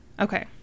Okay